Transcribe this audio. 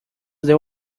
there